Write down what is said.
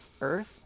earth